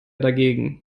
dagegen